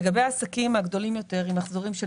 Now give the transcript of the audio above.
לגבי העסקים הגדולים יותר עם מחזורים של